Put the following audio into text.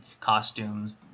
costumes